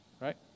right